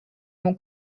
mon